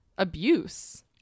abuse